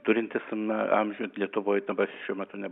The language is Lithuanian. turintis na amžių lietuvoj dabar šiuo metu nebuvo